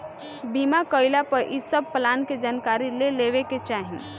बीमा कईला पअ इ सब प्लान के जानकारी ले लेवे के चाही